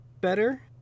better